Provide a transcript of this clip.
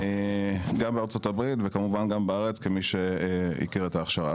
גם בארצות הברית וכמובן גם בארץ כמי שהכיר את ההכשרה.